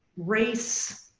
race,